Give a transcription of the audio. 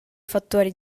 fattori